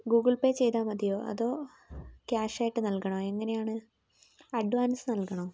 Google Pay ചെയ്താൽ മതിയോ അതോ ക്യാഷായിട്ട് നൽകണോ എങ്ങനെയാണ് അഡ്വാൻസ് നൽകണോ